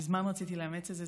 מזמן רציתי לאמץ את זה,